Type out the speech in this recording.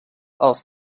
els